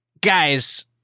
Guys